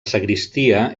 sagristia